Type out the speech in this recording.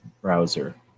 browser